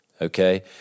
okay